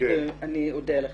אני אודה לך.